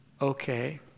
Okay